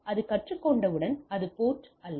அது கற்றுக்கொண்டவுடன் அது போர்ட் அல்ல